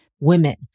women